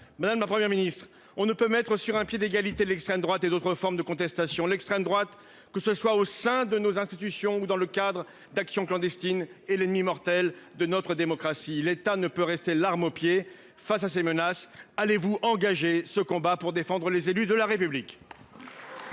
Madame, la Première ministre on ne peut mettre sur un pied d'égalité l'extrême droite et d'autres formes de contestation l'extrême droite, que ce soit au sein de nos institutions ou dans le cadre d'actions clandestines et l'ennemi mortel de notre démocratie, l'État ne peut rester l'arme au pied, face à ces menaces. Allez-vous engager ce combat pour défendre les élus de la République.